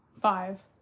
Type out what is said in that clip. Five